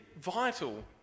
vital